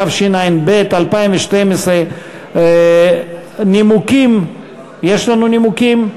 התשע"ב 2012. יש לנו נימוקים?